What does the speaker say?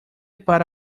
para